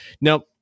Now